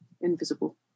invisible